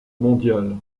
mondiale